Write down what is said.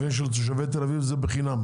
אני מבין שלתושבי חוץ זה בחינם,